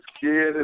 kid